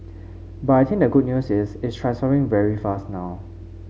but I think the good news is it's transforming very fast now